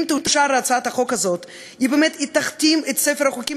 אם תאושר הצעת החוק הזאת היא באמת תכתים את ספר החוקים